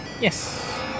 yes